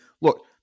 Look